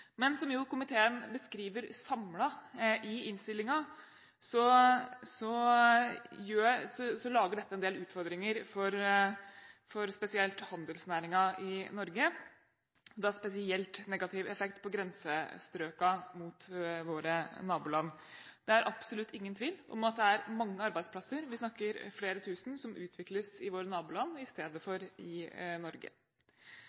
Men som en samlet komité skriver i innstillingen, skaper dette en del utfordringer spesielt for handelsnæringen i Norge, og spesielt en negativ effekt i grensestrøkene mot våre naboland. Det er absolutt ingen tvil om at det er mange arbeidsplasser, vi snakker om flere tusen, som utvikles i våre naboland i stedet